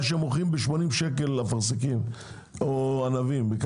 כשהם מוכרים אפרסקים או ענבים בשמונים שקל?